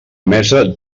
mesa